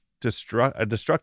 destructive